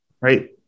right